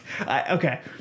Okay